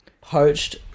Poached